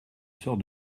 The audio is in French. sort